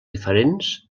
diferents